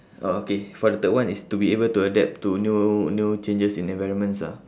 oh okay for the third one is to be able to adapt to new new changes in environments ah